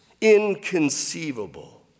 inconceivable